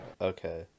Okay